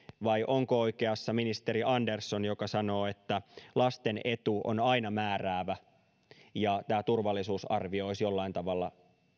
vai onko oikeassa ministeri andersson joka sanoo että lasten etu on aina määräävä tämä turvallisuusarvio olisi jollain tavalla